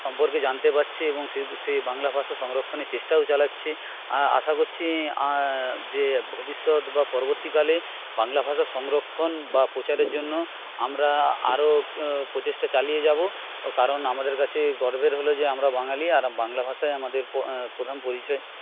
সম্পর্কে জানতে পারছে এবং সেই বাংলা ভাষা সংরক্ষণের চেষ্টাও চালাচ্ছে আর আশা করছি যে ভবিষ্যৎ বা পরবর্তীকালে বাংলা ভাষা সংরক্ষণ বা প্রচারের জন্য আমরা আরও প্রচেষ্টা চালিয়ে যাব কারণ আমাদের কাছে গর্বের হল যে আমরা বাঙালি আর বাংলা ভাষাই আমাদের প্রথম পরিচয়